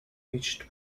reached